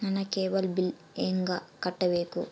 ನನ್ನ cable bill ಹೆಂಗ ಕಟ್ಟಬೇಕು?